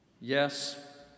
Yes